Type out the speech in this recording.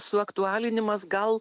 suaktualinimas gal